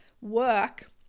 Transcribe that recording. work